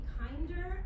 kinder